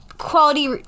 quality